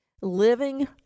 Living